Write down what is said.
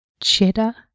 Cheddar